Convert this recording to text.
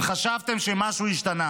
אם חשבתם שמשהו השתנה